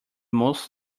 most